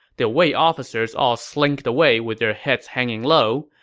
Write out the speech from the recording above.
the wei officers all slinked away with their heads hanging low.